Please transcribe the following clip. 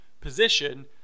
position